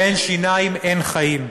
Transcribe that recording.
באין שיניים אין חיים,